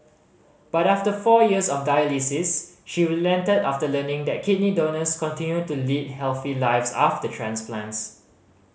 but after four years of dialysis she relented after learning that kidney donors continue to lead healthy lives after transplants